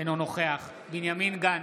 אינו נוכח בנימין גנץ,